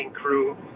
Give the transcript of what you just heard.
crew